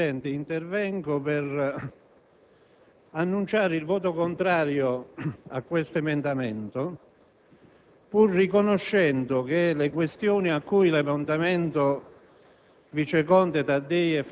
Signor Presidente, intervengo per annunciare il voto contrario su questo emendamento, pur riconoscendo che le questioni a cui esso